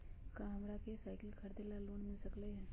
का हमरा के साईकिल खरीदे ला लोन मिल सकलई ह?